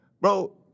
Bro